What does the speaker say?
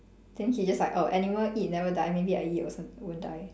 think he just like oh animal eat never die maybe I eat also won't die